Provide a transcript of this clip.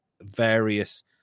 various